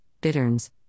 bitterns